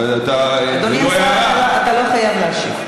אבל אתה, אדוני השר, אתה לא חייב להשיב.